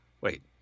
wait